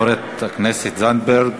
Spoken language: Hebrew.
תודה לחברת הכנסת זנדברג.